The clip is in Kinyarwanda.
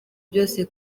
byose